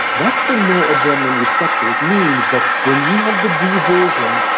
that's the noradrenaline receptor it means that when you have the d version,